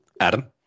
Adam